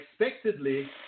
unexpectedly